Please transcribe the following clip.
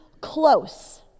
close